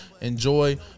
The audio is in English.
enjoy